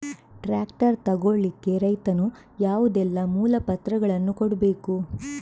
Tractor ತೆಗೊಳ್ಳಿಕೆ ರೈತನು ಯಾವುದೆಲ್ಲ ಮೂಲಪತ್ರಗಳನ್ನು ಕೊಡ್ಬೇಕು?